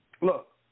look